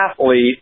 athlete